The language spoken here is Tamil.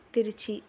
திருச்சி